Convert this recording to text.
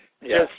Yes